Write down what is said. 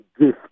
gift